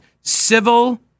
civil